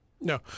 No